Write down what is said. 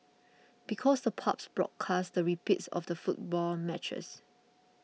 because the pubs broadcast the repeats of the football matches